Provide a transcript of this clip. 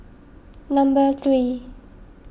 number three